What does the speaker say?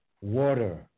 water